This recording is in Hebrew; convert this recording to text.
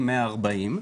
140,